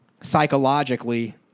psychologically